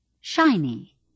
shiny